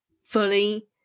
fully